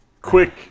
quick